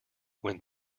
when